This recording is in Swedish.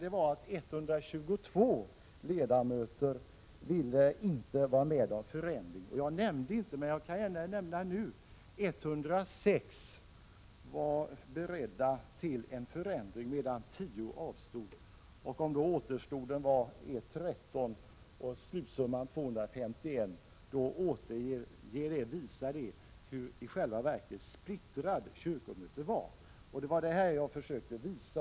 122 ledamöter ville inte vara med om någon förändring, 106 var beredda att gå med på en förändring, medan 10 avstod från att rösta. Det återstående antalet ledamöter var 13 av de sammanlagt 251 ledamöterna. Det visar hur splittrat kyrkomötet i själva verket var i denna fråga.